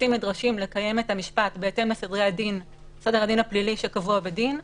השופטים נדרשים לקיים את המשפט בהתאם לסדר הדין הפלילי שקבוע בדין,